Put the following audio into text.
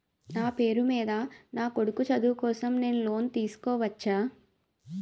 నా పేరు మీద నా కొడుకు చదువు కోసం నేను లోన్ తీసుకోవచ్చా?